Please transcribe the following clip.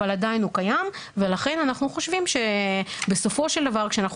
אבל עדיין הוא קיים ולכן אנחנו חושבים שבסופו של דבר כשאנחנו